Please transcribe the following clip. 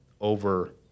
over